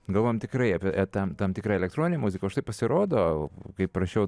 galvojam tikrai apie tam tam tikrą elektroninę muziką o štai pasirodo kai prašiau